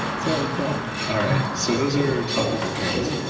it's really cool all right. so those are topical things.